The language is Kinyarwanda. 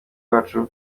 bacu